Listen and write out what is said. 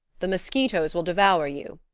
the mosquitoes will devour you.